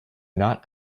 not